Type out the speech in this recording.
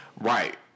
Right